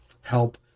help